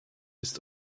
ist